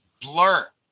blur